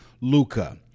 Luca